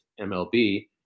MLB